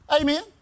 Amen